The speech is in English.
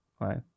right